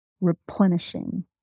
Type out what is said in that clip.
replenishing